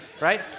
right